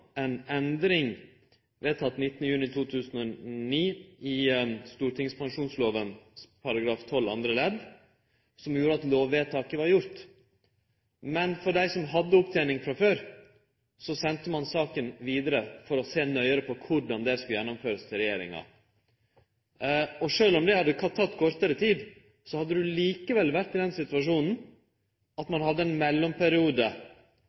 ein ei endring, vedteken 19. juni 2009, i stortingspensjonsloven § 12 andre ledd, som gjorde at lovvedtaket var gjort. Men for dei som hadde opptening frå før, sende ein saka vidare til regjeringa for å sjå nøyare på korleis dette skulle gjennomførast. Sjølv om det hadde teke kortare tid, hadde ein likevel vore i den situasjonen at ein hadde ein mellomperiode,